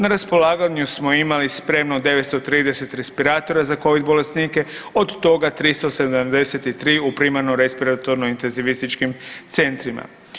Na raspolaganju smo imali spremno 930 respiratora za COVID bolesnike, od toga 373 u primarno-respiratornim intenzivističkim centrima.